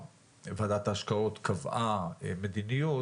שכן ועדת ההשקעות קבעה מדיניות השקעות,